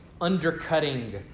undercutting